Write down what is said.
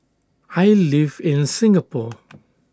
I live in Singapore